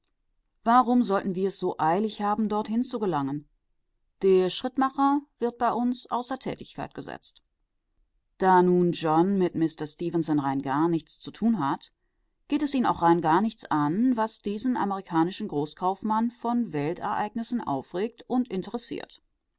warum sollen wir es so eilig haben dorthin zu gelangen der schrittmacher wird bei uns außer tätigkeit gesetzt da nun john mit mister stefenson rein gar nichts zu tun hat geht es ihn auch rein gar nichts an was diesen amerikanischen großkaufmann von weltereignissen aufregt und interessiert